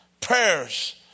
prayers